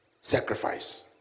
sacrifice